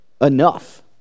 enough